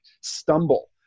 stumble